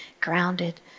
grounded